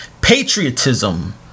patriotism